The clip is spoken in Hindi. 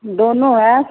दोनों हैं